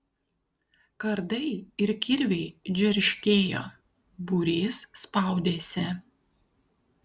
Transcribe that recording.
kardai ir kirviai džerškėjo būrys spaudėsi